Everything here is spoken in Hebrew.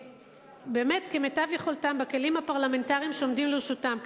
כמיטב יכולתם בכלים הפרלמנטריים שעומדים לרשותם,